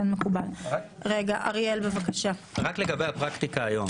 רק לגבי הפרקטיקה היום